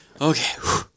Okay